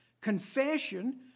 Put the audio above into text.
confession